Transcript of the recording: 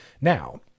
Now